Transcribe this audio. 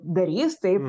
darys tai